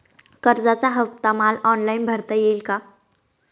कर्जाचा हफ्ता मला ऑनलाईन भरता येईल का?